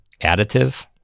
Additive